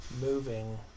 moving